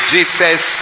Jesus